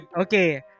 Okay